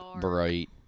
bright